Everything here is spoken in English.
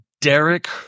Derek